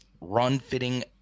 run-fitting